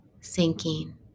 sinking